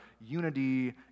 unity